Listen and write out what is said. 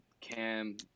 Cam